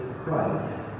christ